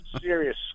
serious